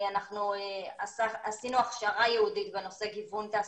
אנחנו עשינו הכשרה ייעודית בנושא גיוון תעסוקתי,